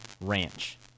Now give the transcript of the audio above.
ranch